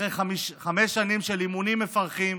אחרי חמש שנים של אימונים מפרכים,